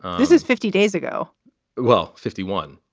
this is fifty days ago well, fifty one,